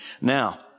Now